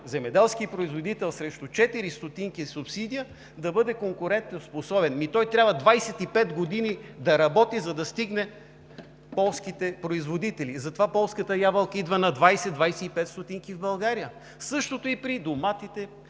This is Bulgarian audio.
земеделски производител срещу 4 стотинки субсидия да бъде конкурентоспособен? Ами той трябва 25 години да работи, за да стигне полските производители. Затова полската ябълка идва на 20 – 25 стотинки в България. Същото е и при доматите,